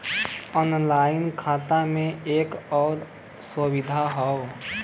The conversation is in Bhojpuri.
ऑनलाइन खाता में एक आउर सुविधा हौ